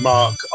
Mark